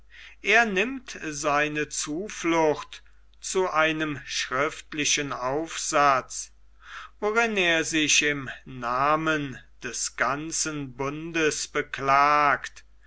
er nimmt seine zuflucht zu einem schriftlichen aufsatze worin er sich im namen des ganzen bundes beklagt